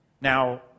Now